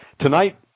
tonight